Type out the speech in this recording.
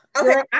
okay